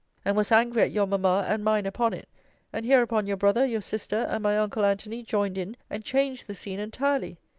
and was angry at your mamma and mine upon it and hereupon your brother, your sister, and my uncle antony, joined in, and changed the scene entirely.